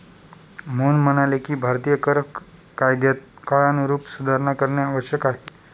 मोहन म्हणाले की भारतीय कर कायद्यात काळानुरूप सुधारणा करणे आवश्यक आहे